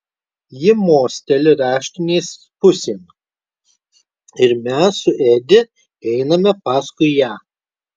ji mosteli raštinės pusėn ir mes su edi einame paskui ją